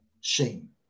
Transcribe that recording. shame